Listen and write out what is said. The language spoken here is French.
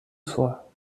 soie